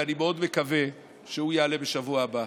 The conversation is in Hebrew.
ואני מאוד מקווה שהוא יעלה בשבוע הבא.